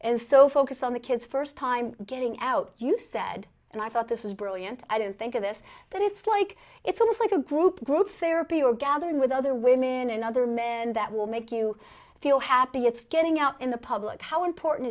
focused on the kids first time getting out you said and i thought this is brilliant i didn't think of this but it's like it's almost like a group group therapy or gathering with other women and other men and that will make you feel happy it's getting out in the public how important